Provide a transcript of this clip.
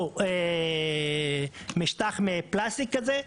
בהתאם לשינוי בטופוגרפיה של החוף.